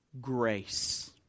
grace